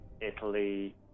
Italy